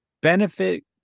benefit